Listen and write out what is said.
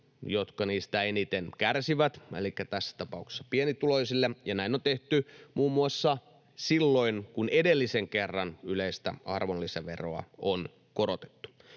jotka niistä eniten kärsivät, elikkä tässä tapauksessa pienituloisille. Näin on tehty muun muassa silloin, kun yleistä arvonlisäveroa on edellisen